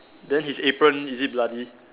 then his apron is it bloody